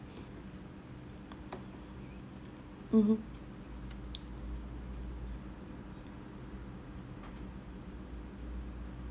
mmhmm